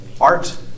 art